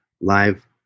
live